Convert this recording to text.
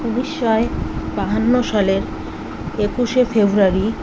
উড়িষ্যায় বাহান্ন সালে একুশে ফেব্রুয়ারি